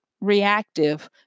reactive